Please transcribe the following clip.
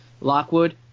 Lockwood